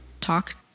talk